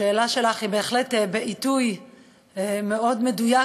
השאלה שלך היא בהחלט בעיתוי מאוד מדויק,